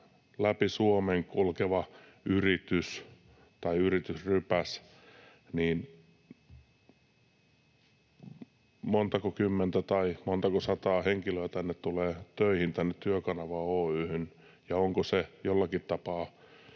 läpi Suomen kulkeva yritys tai yritysrypäs, niin montako kymmentä tai montako sataa henkilöä tulee töihin tänne Työkanava Oy:hyn? Ja onko se jollakin tapaa